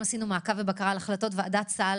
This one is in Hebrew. עשינו גם מעקב ובקרה על החלטות ועדת סל